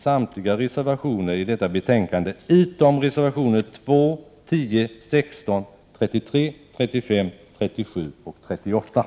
1988/89:129 detta betänkande utom reservationerna 2, 10, 16, 33, 35, 37 och 38.